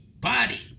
body